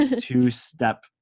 two-step